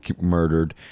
murdered